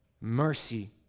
mercy